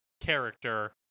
character